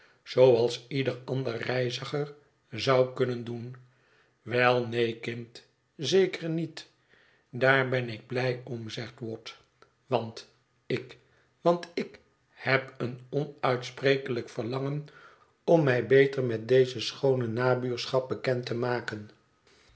zooals ieder ander reiziger zou kunnen doen wel neen kind zeker niet daar ben ik blij om zegt watt want ik want ik heb een onuitsprekelijk verlangen om mij beter met deze schoone nabuurschap bekend te maken